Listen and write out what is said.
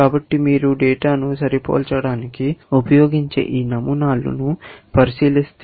కాబట్టి మీరు డేటాను సరిపోల్చడానికి ఉపయోగించే ఈ నమూనాలను పరిశీలిస్తే